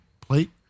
plate